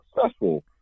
successful